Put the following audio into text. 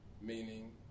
meaning